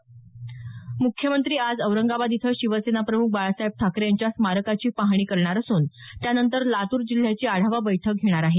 म्ख्यमंत्री आज औरंगाबाद इथं शिवसेना प्रम्ख बाळासाहेब ठाकरे यांच्या स्मारकाची पाहणी करणार असून त्यानंतर लातूर जिल्ह्याची आढावा बैठक घेणार आहेत